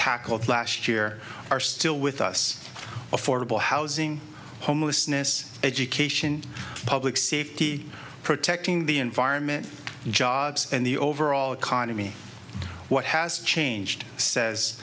tackled last year are still with us affordable housing homelessness education public safety protecting the environment jobs and the overall economy what has changed says